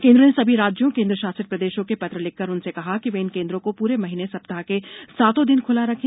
केंद्र ने सभी राज्यों और केंद्र शासित प्रदेशों को पत्र लिखकर उनसे कहा है कि वे इन केंद्रों को पूरे महीने सप्ताह के सातों दिन ख्ला रखें